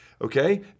okay